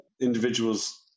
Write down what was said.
individuals